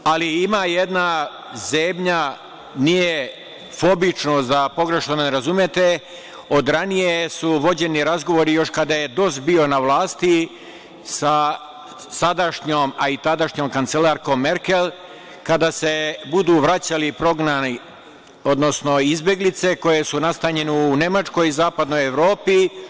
Ima jedna zebnja, nije fobično, da me pogrešno ne razumete, od ranije su vođeni razgovori još kada je DOS bio na vlasti sa sadašnjom, a i tadašnjom kancelarkom Merkel, kada se budu vraćali prognani, odnosno izbeglice koje su nastanjene u Nemačkoj, zapadnoj Evropi.